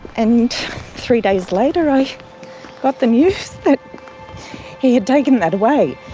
and three days later i got the news that he had taken that away.